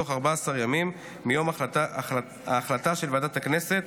מוצע לקבוע כי הערעור יוגש בתוך 14 ימים מיום ההחלטה של ועדת הכנסת,